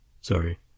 sorry